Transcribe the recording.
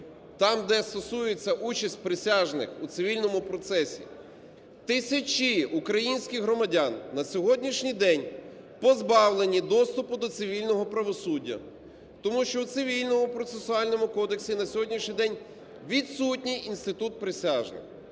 там, де стосується участі присяжних у цивільному процесі, тисячі українських громадян на сьогоднішній день позбавлені доступу до цивільного правосуддя. Тому що у Цивільному процесуальному кодексі на сьогоднішній день відсутній інститут присяжних.